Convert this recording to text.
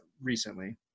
recently